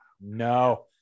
no